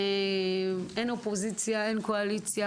אין אופוזיציה ואין קואליציה,